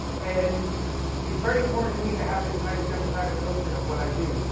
and it's very important to me to have this kind of democratic notion of what i do.